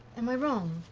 am i wrong?